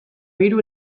hiru